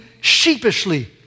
sheepishly